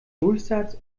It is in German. durchsatz